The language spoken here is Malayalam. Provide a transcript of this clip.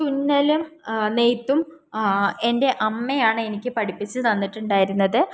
തുന്നലും നെയ്ത്തും എൻ്റെ അമ്മയാണ് എനിക്ക് പഠിപ്പിച്ച് തന്നിട്ടുണ്ടായിരുന്നത്